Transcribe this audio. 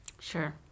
Sure